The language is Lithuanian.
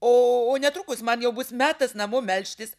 o netrukus man jau bus metas namo melžtis